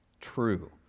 true